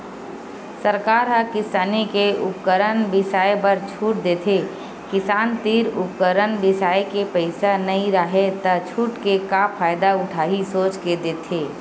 सरकार ह किसानी के उपकरन बिसाए बर छूट देथे किसान तीर उपकरन बिसाए के पइसा नइ राहय त छूट के का फायदा उठाही सोच के देथे